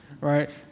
right